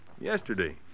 Yesterday